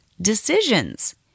decisions